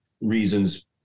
reasons